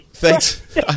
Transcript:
Thanks